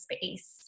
space